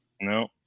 no